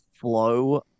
flow